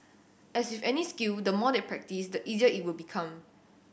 as with any skill the more they practise the easier it will become